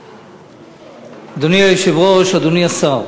אדוני היושב-ראש, אדוני השר,